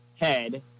head